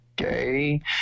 Okay